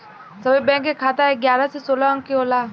सभे बैंक के खाता एगारह से सोलह अंक के होला